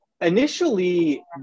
initially